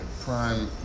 prime